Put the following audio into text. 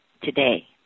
today